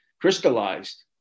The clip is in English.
crystallized